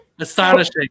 Astonishing